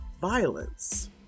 violence